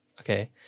okay